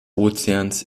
ozeans